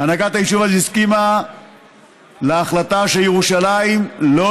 הנהגת היישוב הסכימה להחלטה שירושלים לא